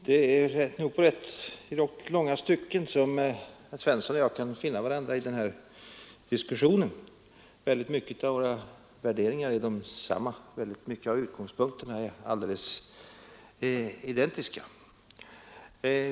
Herr talman! I långa stycken kan herr Svensson i Malmö och jag finna varandra i den här diskussionen. Väldigt många av våra värderingar och utgångspunkter är identiska.